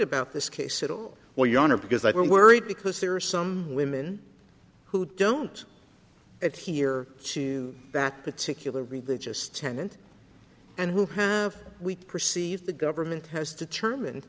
this case at all well your honor because they were worried because there are some women who don't it here to that particular religious tenant and who have we perceive the government has determined